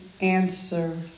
answer